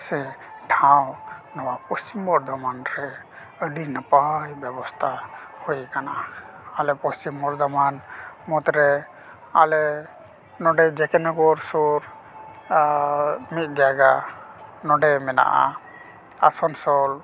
ᱥᱮ ᱴᱷᱟᱶ ᱱᱚᱶᱟ ᱯᱚᱥᱪᱤᱢ ᱵᱚᱨᱫᱷᱚᱢᱟᱱ ᱨᱮ ᱟᱹᱰᱤ ᱱᱟᱯᱟᱭ ᱵᱮᱵᱚᱥᱛᱟ ᱦᱩᱭ ᱠᱟᱱᱟ ᱟᱞᱮ ᱯᱚᱥᱪᱤᱢ ᱵᱚᱨᱫᱷᱚᱢᱟᱱ ᱢᱩᱫᱽᱨᱮ ᱟᱞᱮ ᱱᱚᱸᱰᱮ ᱡᱮᱠᱮ ᱱᱚᱜᱚᱨ ᱥᱩᱨ ᱢᱤᱫ ᱡᱟᱭᱜᱟ ᱱᱚᱸᱰᱮ ᱢᱮᱱᱟᱜᱼᱟ ᱟᱥᱟᱱᱥᱳᱞ